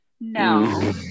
no